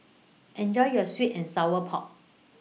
Enjoy your Sweet and Sour Pork